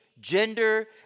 gender